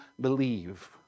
believe